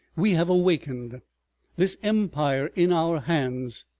we have awakened this empire in our hands.